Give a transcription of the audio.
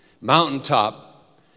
mountaintop